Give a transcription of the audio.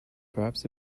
perhaps